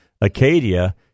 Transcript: Acadia